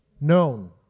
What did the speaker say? known